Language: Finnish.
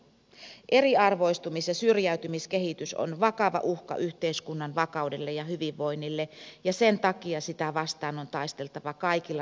eriarvoistumis ja syrjäytymiskehitys on vakava uhka yhteiskunnan vakaudelle ja hyvinvoinnille ja sen takia sitä vastaan on taisteltava kaikilla rintamilla